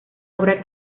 obra